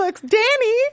Danny